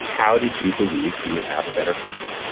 how did you believe you would have a better future?